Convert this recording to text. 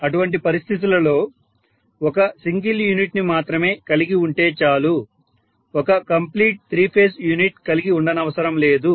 అటువంటి పరిస్థితులలో ఒక సింగిల్ యూనిట్ ని మాత్రమే కలిగి ఉంటే చాలు ఒక కంప్లీట్ త్రీ ఫేజ్ యూనిట్ కలిగి ఉండనవసరం లేదు